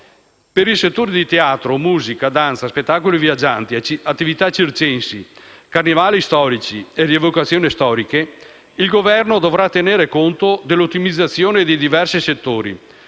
Per i settori di teatro, musica, danza, spettacoli viaggianti, attività circensi, carnevali storici e rievocazioni storiche, il Governo dovrà tenere conto dell'ottimizzazione dei diversi settori,